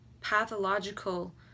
pathological